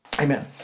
Amen